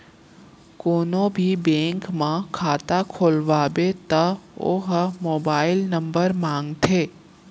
कोनो भी बेंक म खाता खोलवाबे त ओ ह मोबाईल नंबर मांगथे